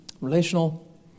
relational